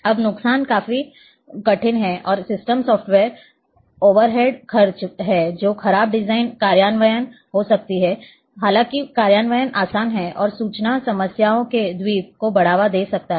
अब नुकसान काफी कठिन हैं और सिस्टम सॉफ्टवेयर ओवरहेड खर्च हैं जो खराब डिजाइन कार्यान्वयन हो सकता है हालाँकि कार्यान्वयन आसान है और सूचना समस्याओं के द्वीप को बढ़ावा दे सकता है